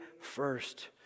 first